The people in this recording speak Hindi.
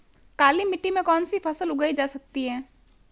काली मिट्टी में कौनसी फसल उगाई जा सकती है?